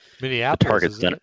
Minneapolis